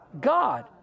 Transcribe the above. God